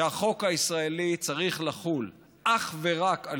שהחוק הישראלי צריך לחול אך ורק על